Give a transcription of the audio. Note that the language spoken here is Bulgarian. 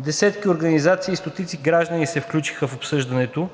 Десетки организации и стотици граждани се включиха в обсъждането,